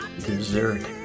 Dessert